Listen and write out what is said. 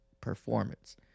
performance